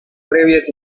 previas